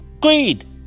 Greed